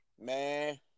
man